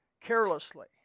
carelessly